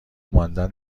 ماندن